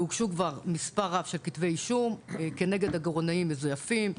והוגשו כבר מספר רב של כתבי אישום כנגד עגורנים מזויפים,